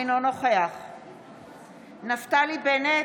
אינו נוכח נפתלי בנט,